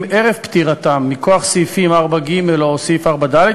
או סעיף 4ב,